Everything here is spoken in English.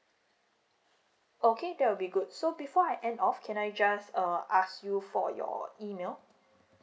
okay that will be good so before I end off can I just uh ask you for your email